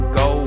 go